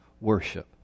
worship